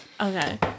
Okay